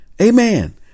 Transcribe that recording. Amen